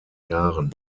jahren